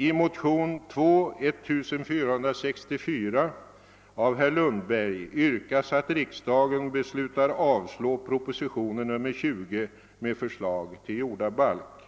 I motion II:1464 av herr Lundberg yrkas att riksdagen beslutar avslå proposition nr 20 med förslag till jordabalk.